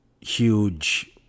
huge